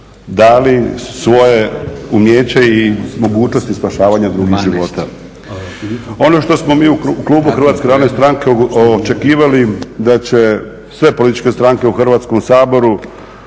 dali svoje umijeće i mogućnosti spašavanja drugih života. Ono što smo mi u klubu Hrvatske narodne stranke očekivali da će sve političke stranke u Hrvatskom saboru